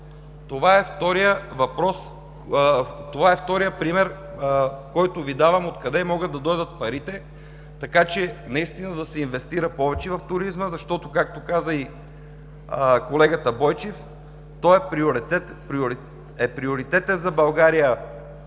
Това е вторият пример, който Ви давам, откъде могат да дойдат парите, така че наистина да се инвестира повече в туризма, защото, както каза и колегата Бойчев, той е приоритетен за България